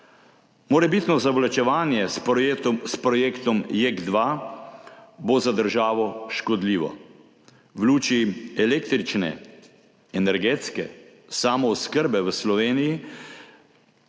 Morebitno zavlačevanje s projektom JEK2 bo za državo škodljivo. V luči električne energetske samooskrbe v Sloveniji